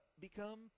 become